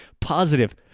positive